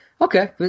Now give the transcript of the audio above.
Okay